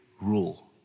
rule